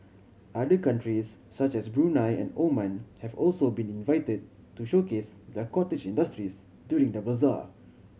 other countries such as Brunei and Oman have also been invited to showcase their cottage industries during the bazaar